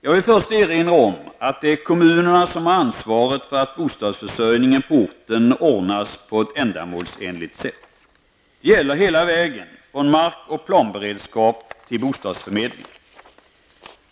Jag vill först erinra om att det är kommunerna som har ansvaret för att bostadsförsörjningen på orten ordnas på ett ändamålsenligt sätt. Det gäller hela vägen från mark och planberedskap till bostadsförmedling.